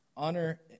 Honor